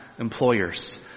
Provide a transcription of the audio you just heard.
employers